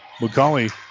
McCauley